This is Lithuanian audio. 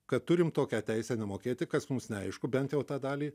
kad turim tokią teisę nemokėti kas mums neaišku bent jau tą dalį